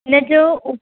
हिनजो उ